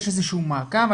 יש איזשהו מעקב?